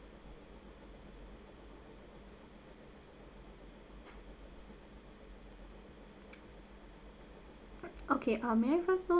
okay um may I first know